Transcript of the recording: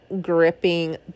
gripping